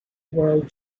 world